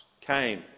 came